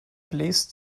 bläst